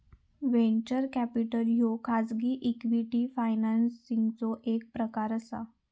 venture capital ह्यो खाजगी equity फायनान्सिंगचो एक प्रकार असा